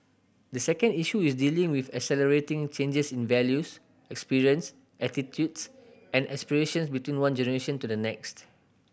the second issue is dealing with accelerating changes in values experience attitudes and aspirations between one generation to the next